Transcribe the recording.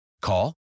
Call